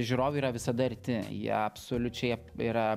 žiūrovai yra visada arti jie absoliučiai yra